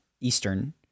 eastern